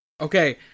Okay